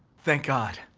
thank god.